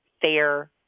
fair